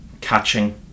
catching